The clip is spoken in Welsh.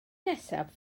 nesaf